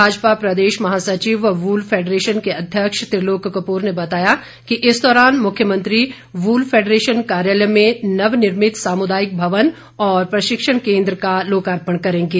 भाजपा प्रदेश महासचिव व वूल फैडरेशन के अध्यक्ष त्रिलोक कपूर ने बताया कि इस दौरान मुख्यमंत्री वूल फैडरेशन कार्यालय में नवनिर्मित सामुदायिक भवन और प्रशिक्षण केन्द्र का लोकार्पण करेंगे